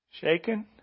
Shaken